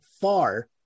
far